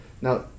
Now